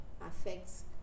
affects